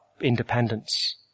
independence